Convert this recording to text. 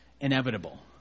inevitable